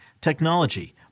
technology